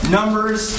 Numbers